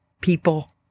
people